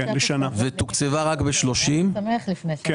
היא תוקצבה רק ב-30 מיליון שקלים.